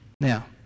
Now